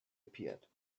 appeared